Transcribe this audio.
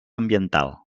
ambiental